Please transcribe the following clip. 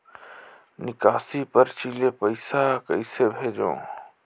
निकासी परची ले पईसा कइसे भेजों?